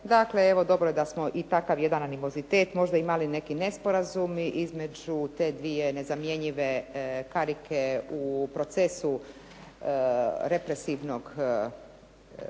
Dakle, dobro je da smo jedan takav animozitet, možda imali neki nesporazum između te dvije nezamjenjive karike u procesu represivnog